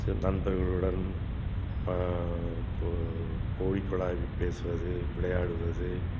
நண்பர்களுடன் கூ கூடி குலாவி பேசுவது விளையாடுவது